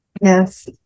Yes